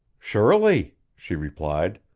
surely! she replied.